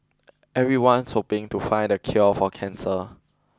everyone's hoping to find the cure for cancer